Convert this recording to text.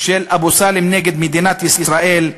של אבו סאלם נגד מדינת ישראל,